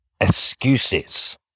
excuses